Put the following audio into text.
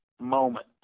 moment